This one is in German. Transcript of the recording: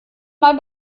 mal